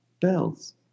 Bells